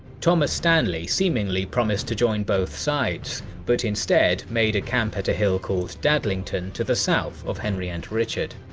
thomas stanley seemingly promised to join both sides but instead made camp at a hill called dadlington to the south of henry and richard.